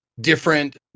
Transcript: different